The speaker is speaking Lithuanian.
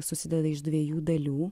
susideda iš dviejų dalių